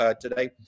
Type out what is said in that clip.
today